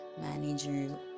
manager